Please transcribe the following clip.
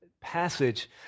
passage